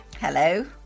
Hello